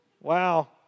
Wow